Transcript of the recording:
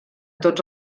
tots